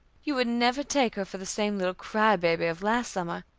you would never take her for the same little cry-baby of last summer,